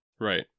Right